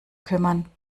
kümmern